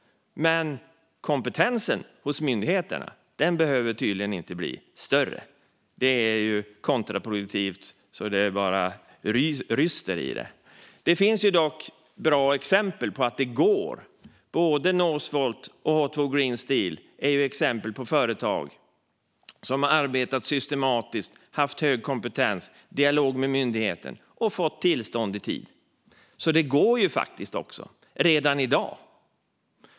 Men kompetensen hos myndigheterna behöver tydligen inte bli bättre. Det är kontraproduktivt så det bara ryker om det. Det finns dock bra exempel på att det går. Både Northvolt och H2 Green Steel är exempel på företag som har arbetat systematiskt, haft hög kompetens, haft dialog med myndigheten och fått tillstånd i tid. Det går alltså redan i dag.